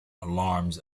alarms